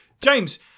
James